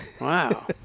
Wow